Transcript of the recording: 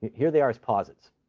here they are as posits,